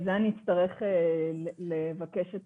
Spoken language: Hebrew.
שלום, לשם כך אצטרך לבקש את